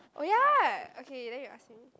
oh ya okay then you ask me